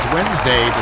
Wednesday